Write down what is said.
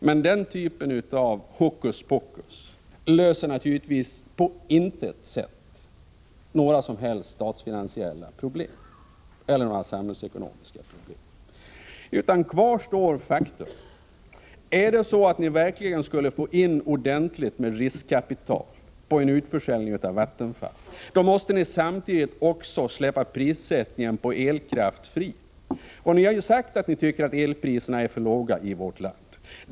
Men den typen av hokus pokus löser naturligtvis på intet sätt några statsfinansiella eller samhällsekonomiska problem. Kvar står faktum: Skall ni verkligen få in ordentligt med riskkapital på en utförsäljning av Vattenfall måste ni samtidigt också släppa prissättningen på elkraft fri, och ni har ju själva sagt att ni tycker att elpriserna i vårt land är för låga.